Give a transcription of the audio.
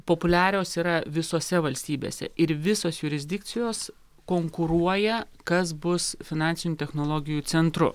populiarios yra visose valstybėse ir visos jurisdikcijos konkuruoja kas bus finansinių technologijų centru